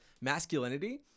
masculinity